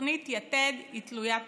תוכנית יתד היא תלוית תקציב.